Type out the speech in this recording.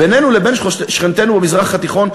בינינו לבין שכנינו במזרח התיכון,